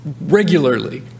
regularly